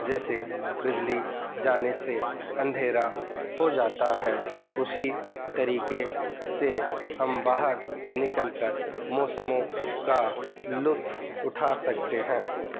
جیسے بجلی جانے سے اندھیرا ہو جاتا ہے اسی طریقے سے ہم باہر نکل کر موسموں کا لطف اٹھا سکتے ہیں